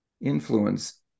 Influence